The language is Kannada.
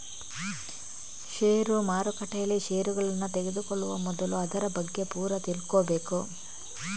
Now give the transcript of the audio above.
ಷೇರು ಮಾರುಕಟ್ಟೆಯಲ್ಲಿ ಷೇರುಗಳನ್ನ ತೆಗೆದುಕೊಳ್ಳುವ ಮೊದಲು ಅದರ ಬಗ್ಗೆ ಪೂರ ತಿಳ್ಕೊಬೇಕು